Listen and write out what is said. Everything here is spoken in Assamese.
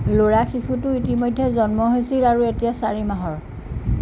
ল'ৰা শিশুটো ইতিমধ্যে জন্ম হৈছিল আৰু এতিয়া চাৰি মাহৰ